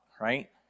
right